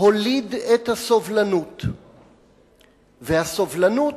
הוליד את הסובלנות והסובלנות